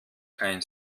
kein